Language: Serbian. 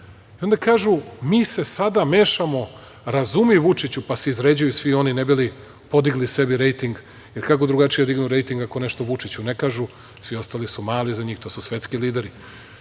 i onda kažu - mi se sada mešamo, razumi, Vučiću, pa se izređaju svi oni ne bi li podigli sebi rejting, jer kako drugačije da dignu rejting ako nešto Vučiću ne kažu. Svi ostali su mali za njih. To su svetski lideri. Dakle,